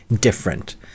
different